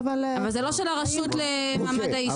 אבל זה לא של הרשות למעמד האישה.